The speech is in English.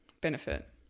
Benefit